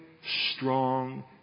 strong